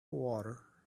water